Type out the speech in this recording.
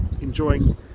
enjoying